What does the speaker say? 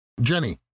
Jenny